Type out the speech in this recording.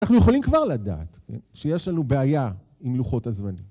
אנחנו יכולים כבר לדעת שיש לנו בעיה עם לוחות הזמנים.